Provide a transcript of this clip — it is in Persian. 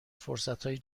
فرصتهای